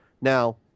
Now